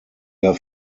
der